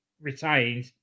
retained